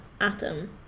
atom